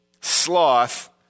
sloth